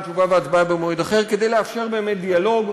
תשובה והצבעה במועד אחר כדי לאפשר באמת דיאלוג.